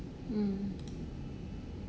mm